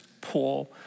poor